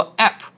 app